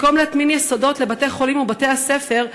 במקום להטמין יסודות לבתי-חולים ולבתי-הספר,